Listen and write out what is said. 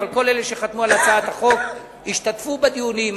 אבל כל אלה שחתמו על הצעת החוק השתתפו בדיונים,